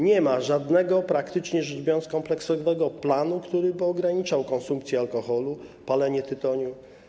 Nie ma żadnego, praktycznie rzecz biorąc, kompleksowego planu, który by ograniczał konsumpcję alkoholu, palenie tytoniu.